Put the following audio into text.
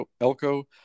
Elko